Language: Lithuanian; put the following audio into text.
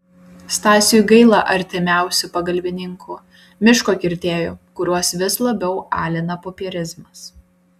stasiui gaila artimiausių pagalbininkų miško kirtėjų kuriuos vis labiau alina popierizmas